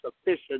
sufficient